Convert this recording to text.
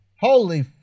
Holy